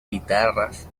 guitarras